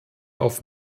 auf